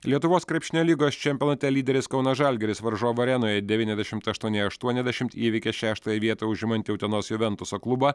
lietuvos krepšinio lygos čempionate lyderis kauno žalgiris varžovų arenoje devyniasdešimt aštuoni aštuoniasdešimt įveikė šeštąją vietą užimanti utenos juventus klubą